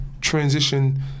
transition